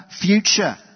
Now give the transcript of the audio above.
future